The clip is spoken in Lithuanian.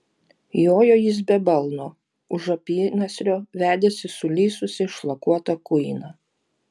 jojo jis be balno už apynasrio vedėsi sulysusį šlakuotą kuiną